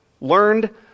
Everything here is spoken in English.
learned